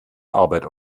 arbeit